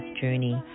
journey